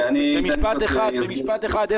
במשפט אחד.